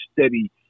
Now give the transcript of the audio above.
steady